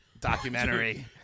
documentary